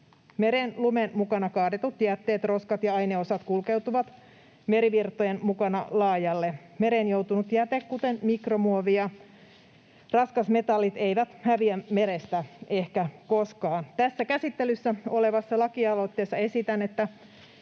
Mereen lumen mukana kaadetut jätteet, roskat ja ainesosat kulkeutuvat merivirtojen mukana laajalle. Mereen joutunut jäte, kuten mikromuovi ja raskasmetallit, ei häviä merestä ehkä koskaan. Tässä käsittelyssä olevassa lakialoitteessa esitän,